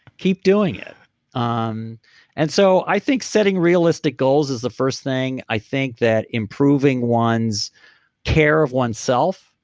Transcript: keep doing it um and so i think setting realistic goals is the first thing. i think that improving one's care of oneself